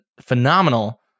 phenomenal